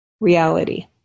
reality